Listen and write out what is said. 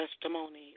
testimony